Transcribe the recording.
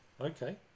okay